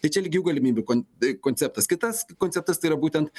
tai čia lygių galimybių kon konceptas kitas konceptas tai yra būtent